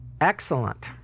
Excellent